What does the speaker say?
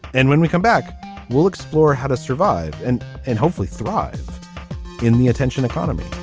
and when we come back we'll explore how to survive and and hopefully thrive in the attention economy